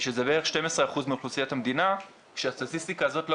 שזה בערך 12% מאוכלוסיית המדינה כשהסטטיסטיקה הזו לא